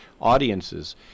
audiences